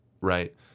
right